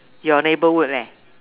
your neighbourhood leh